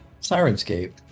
Sirenscape